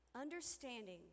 understanding